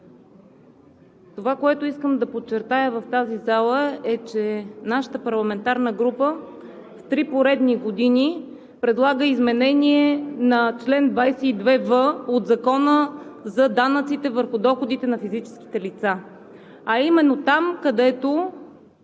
това, което искам да подчертая в тази зала, е, че нашата парламентарна група в три поредни години предлага изменение на чл. 22в от Закона за данъците върху доходите на физическите лица. А именно там, където